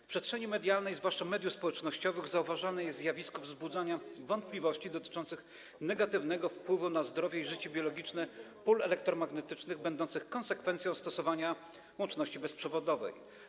W przestrzeni medialnej, zwłaszcza mediów społecznościowych, zauważalne jest zjawisko wzbudzania wątpliwości dotyczących negatywnego wpływu na zdrowie i życie biologiczne pól elektromagnetycznych, będących konsekwencją stosowania łączności bezprzewodowej.